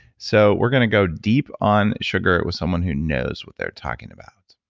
so, we're going to go deep on sugar with someone who knows what they're talking about.